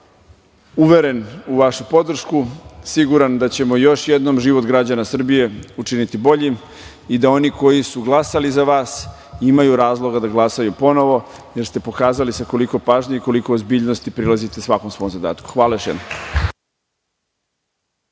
Uveren u vašu podršku, siguran da ćemo još jednom život građana Srbije učiniti boljim i da oni koji su glasali za vas imaju razloga da glasaju ponovo, jer ste pokazali sa koliko pažnje i koliko ozbiljnosti prilazite svakom svom zadatku. Hvala vam